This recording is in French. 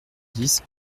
dix